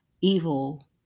evil